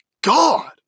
God